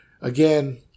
again